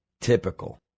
Typical